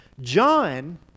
John